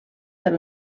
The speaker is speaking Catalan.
del